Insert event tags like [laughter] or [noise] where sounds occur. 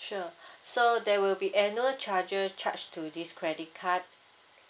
sure [breath] so there will be annual charger charge to this credit card